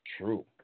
True